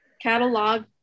catalog